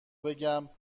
بگم